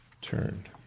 turned